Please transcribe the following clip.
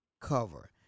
cover